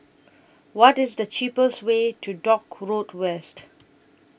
What IS The cheapest Way to Dock Road West